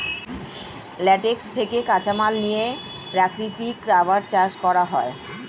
latex থেকে কাঁচামাল নিয়ে প্রাকৃতিক রাবার চাষ করা হয়